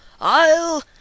I'll—